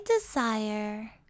desire